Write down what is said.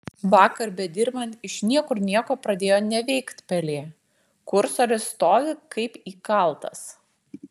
vakar bedirbant iš niekur nieko pradėjo neveikt pelė kursorius stovi kaip įkaltas